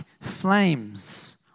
flames